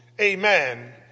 amen